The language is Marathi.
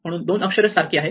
म्हणून 2 अक्षरे सारखी आहेत